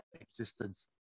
existence